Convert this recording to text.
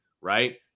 right